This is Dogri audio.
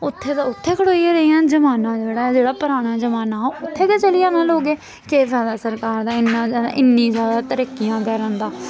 उत्थै ते उत्थै खड़ोइयै रेहियां जमान्ना जेह्ड़ा जेह्ड़ा पराना जमान्ना हा उत्थै गै चली जाना लोकें केह् फायदा सरकार दा इन्ना इन्नी जादा तरक्कियां करन दा